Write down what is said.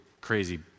crazy